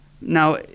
Now